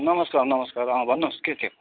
नमस्कार नमस्कार भन्नु होस् के थियो